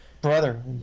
brother